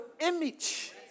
image